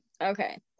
okay